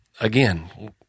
again